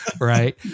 right